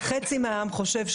חצי מהעם חושב,